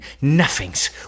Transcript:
nothings